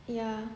ya